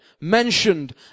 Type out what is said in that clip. mentioned